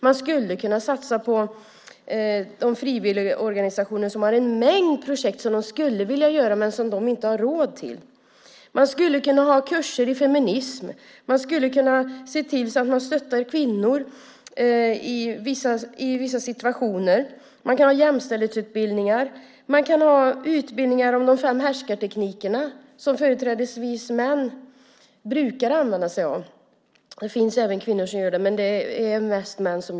Det skulle behöva satsas på de frivilligorganisationer som vill genomföra en mängd projekt som de inte har råd till. Man skulle kunna hålla kurser i feminism. Man skulle kunna stötta kvinnor i vissa situationer. Man kan ha jämställdhetsutbildningar. Man kan ha utbildningar om de fem härskarteknikerna, som företrädesvis män brukar använda sig av - det finns även kvinnor som gör det, men det är mest män.